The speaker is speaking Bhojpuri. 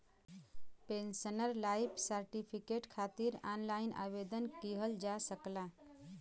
पेंशनर लाइफ सर्टिफिकेट खातिर ऑनलाइन आवेदन किहल जा सकला